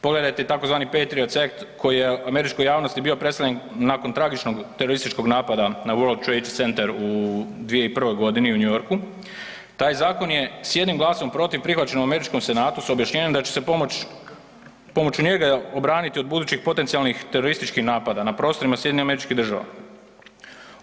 Pogledajte tzv. …/nerazumljivo/… koji je američkoj javnosti bio predstavljen nakon tragičnog terorističkog napada na World Trade Center u 2001. godini u New Yorku, taj zakon je s jednim glasom protiv prihvaćen u američkom senatu s objašnjenjem da će se pomoći, pomoću njega obraniti od budućih potencijalnih terorističkih napada na prostorima SAD-a.